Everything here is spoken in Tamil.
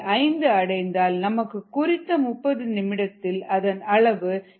5 அடைந்தால் நமக்கு குறித்த 30 நிமிடத்தில் அதன் அளவு 7